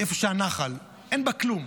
ליד הנחל, אין בה כלום,